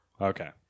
Okay